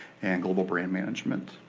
and global brand management.